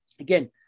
Again